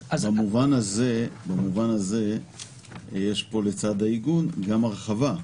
במובן הזה, לצד העיגון, יש פה גם הרחבה.